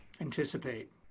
anticipate